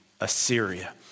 Assyria